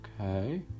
Okay